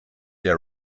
der